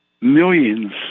millions